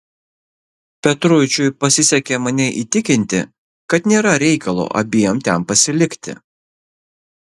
petruičiui pasisekė mane įtikinti kad nėra reikalo abiem ten pasilikti